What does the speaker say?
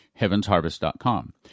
HeavensHarvest.com